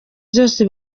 zose